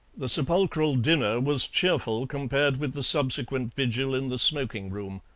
the sepulchral dinner was cheerful compared with the subsequent vigil in the smoking-room.